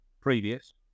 previous